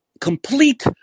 complete